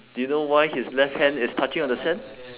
do you know why his left hand is touching on the sand